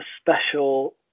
special